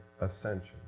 Ascension